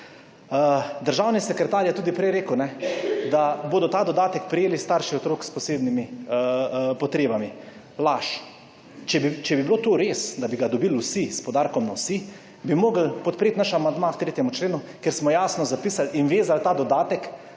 Državni sekretar je tudi prej rekel, da bodo ta dodatek prejeli straši otrok s posebnimi potrebami. Laž. Če bi bilo to res, da bi ga dobili vsi, s poudarkom na vsi, bi mogli podpret naš amandma k 3. členu, kjer smo jasno zapisal in vezal ta dodatek